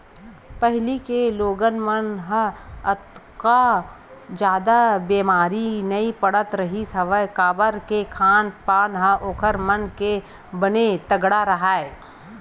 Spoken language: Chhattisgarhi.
पहिली के लोगन मन ह ओतका जादा बेमारी नइ पड़त रिहिस हवय काबर के खान पान ह ओखर मन के बने तगड़ा राहय